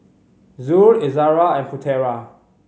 Zul Izara and Putera